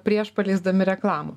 prieš paleisdami reklamą